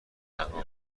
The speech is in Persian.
تنها